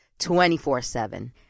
24-7